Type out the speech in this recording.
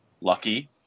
Lucky